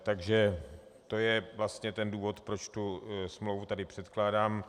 Takže to je ten důvod, proč tu smlouvu tady předkládám.